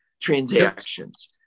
transactions